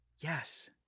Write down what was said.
Yes